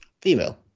Female